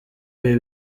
ibi